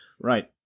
right